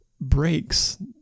breaks